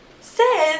says